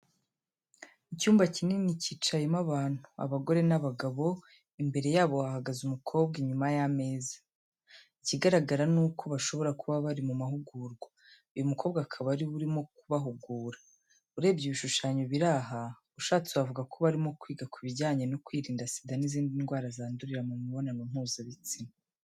Icyumba kinini cyicayemo abantu, abagore n'abagabo, imbere yabo hahagaze umukobwa inyuma ya meza. Ikigaragara nuko bashobora kuba bari mu mahugurwa. Uyu mukobwa akaba ariwe urimo kubahugura, urebye ibishushanyo biri aha, ushatse wavuga ko barimo kwiga kubijyanye no kwirinda Sida n'izindi ndwara zandurira mu mibonano mpuzabitsina.